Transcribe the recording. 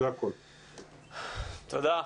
תודה.